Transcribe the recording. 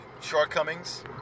shortcomings